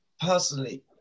personally